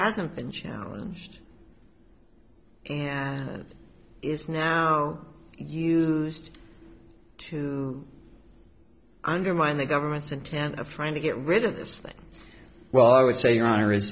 hasn't been challenged is now used to undermined the government's intent of trying to get rid of this thing well i would say your honor i